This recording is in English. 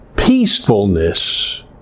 peacefulness